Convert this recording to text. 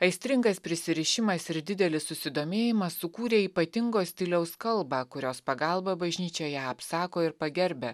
aistringas prisirišimas ir didelis susidomėjimas sukūrė ypatingo stiliaus kalbą kurios pagalba bažnyčia ją apsako ir pagerbia